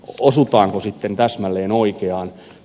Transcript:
osutaanko sitten täsmälleen oikeaan